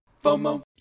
FOMO